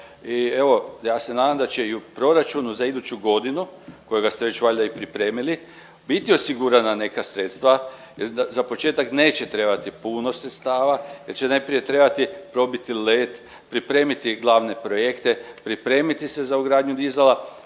i evo ja se nadam da će i u proračunu za iduću godinu, kojega ste već valjda i pripremili, biti osigurana neka sredstva. Za početak neće trebati puno sredstava jer će najprije trebati probiti led, pripremiti glavne projekte, pripremiti se za ugradnju dizala,